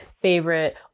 Favorite